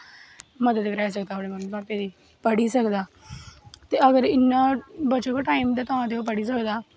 मदद कराई सकदा अपने मम्मी पापे दी पढ़ी सकदा ते अगर इन्ना बचग टाईम ते ओह् तां पढ़ी सकदा